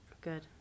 Good